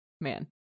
man